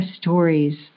stories